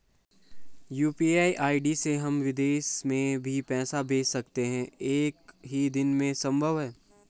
UPI से हम विदेश में भी पैसे भेज सकते हैं एक ही दिन में संभव है?